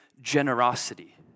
generosity